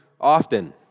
often